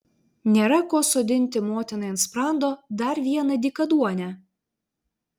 nėra ko sodinti motinai ant sprando dar vieną dykaduonę